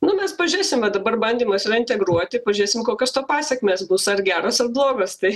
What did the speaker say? nu mes pažėsim va dabar bandymas yra integruoti pažėsim kokios to pasekmės bus ar geros ar blogos tai